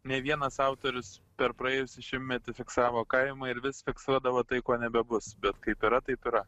ne vienas autorius per praėjusį šimtmetį fiksavo kaimą ir vis fiksuodavo tai ko nebebus bet kaip yra taip yra